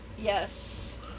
Yes